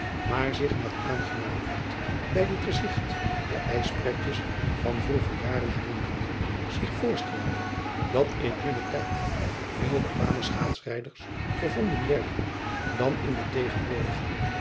maar zich met aangenaamheid bij dit gezigt de ijspretjes van vroegere jaren herinnerden zich voorstellende dat in hunnen tijd veel bekwamer schaatsrijders gevonden werden dan in den tegenwoordigen